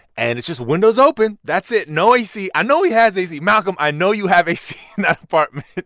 and it's just windows open that's it. no ac. i know he has ac. malcolm, i know you have ac in that apartment.